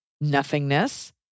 nothingness